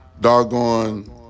doggone